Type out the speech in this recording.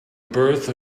birth